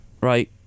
right